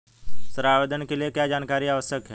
ऋण आवेदन के लिए क्या जानकारी आवश्यक है?